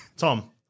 Tom